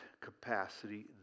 capacity